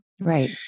Right